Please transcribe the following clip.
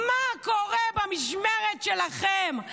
מה קורה במשמרת שלכם?